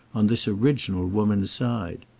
on this original woman's side.